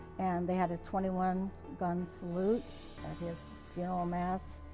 and they had a twenty one gun salute at his funeral mass.